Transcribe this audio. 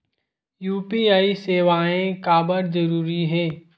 UPI सेवाएं काबर जरूरी हे?